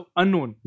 unknown